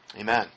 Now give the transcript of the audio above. Amen